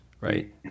right